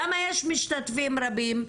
למה יש משתתפים רבים?